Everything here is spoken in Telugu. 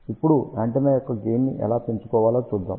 ఇప్పుడు యాంటెన్నా యొక్క గెయిన్ ని ఎలా పెంచుకోవాలో చూద్దాం